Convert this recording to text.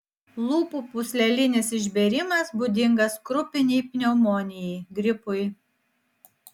lūpų pūslelinis išbėrimas būdingas krupinei pneumonijai gripui